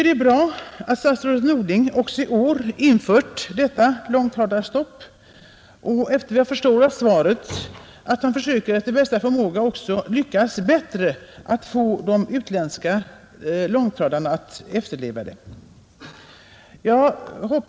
Det är bra att statsrådet Norling också i år infört detta långtradarstopp och att han, efter vad jag förstår av svaret, också efter bästa förmåga försöker lyckas bättre att få de utländska långtradarna att efterleva rekommendationerna.